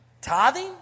tithing